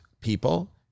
people